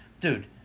dude